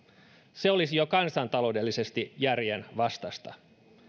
se olisi jo kansantaloudellisesti järjenvastaista